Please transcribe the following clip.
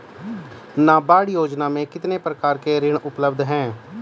नाबार्ड योजना में कितने प्रकार के ऋण उपलब्ध हैं?